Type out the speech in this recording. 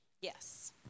Yes